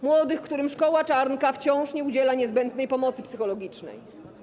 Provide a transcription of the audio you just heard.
Młodych, którym szkoła Czarnka wciąż nie udziela niezbędnej pomocy psychologicznej.